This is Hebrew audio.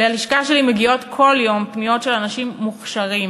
ללשכה שלי מגיעות כל יום פניות של אנשים מוכשרים,